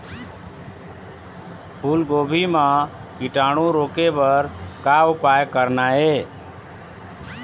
फूलगोभी म कीटाणु रोके बर का उपाय करना ये?